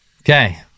Okay